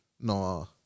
No